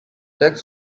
tax